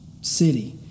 city